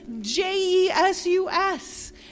J-E-S-U-S